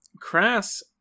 crass